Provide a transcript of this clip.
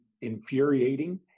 infuriating